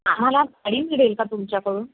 आम्हाला गाडी मिळेल का तुमच्याकडून